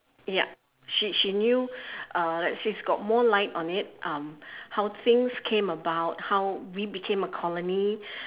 ya she she knew uh she's got more light on it um how things came about how we became a colony